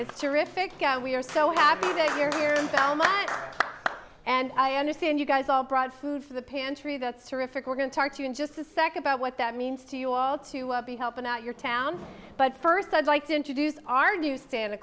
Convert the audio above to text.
it's terrific we are so happy that you're here and i understand you guys all brought food for the pantry that's terrific we're going to talk to you in just a sec about what that means to you all to help out your town but first i'd like to introduce our